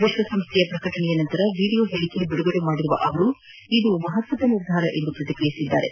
ವಿಶ್ವಸಂಸ್ಣೆಯ ಪ್ರಕಟಣೆ ನಂತರ ವಿಡಿಯೋ ಹೇಳಿಕೆ ಬಿಡುಗಡೆ ಮಾಡಿರುವ ಅವರು ಇದು ಮಹತ್ವದ ನಿರ್ಧಾರ ಎಂದು ಪ್ರತಿಕ್ರಿಯಿಸಿದ್ದಾರೆ